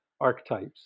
archetypes